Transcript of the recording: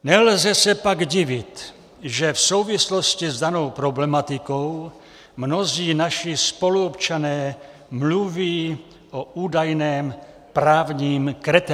Nelze se pak divit, že v souvislosti s danou problematikou mnozí naši spoluobčané mluví o údajném právním kretenismu.